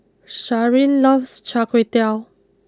Sharyn loves Char Kway Teow